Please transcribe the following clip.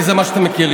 כי זה מה שאתם מכירים.